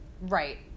right